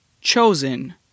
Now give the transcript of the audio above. chosen